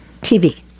TV